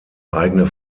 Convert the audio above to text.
eigene